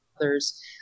others